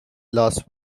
last